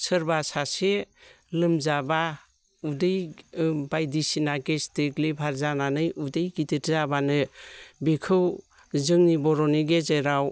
सोरबा सासे लोमजाब्ला उदै बायदि सिना गेसट्रिक लिभार जानानै उदै गिदिर जाब्लानो बेखौ जोंनि बर'नि गेजेराव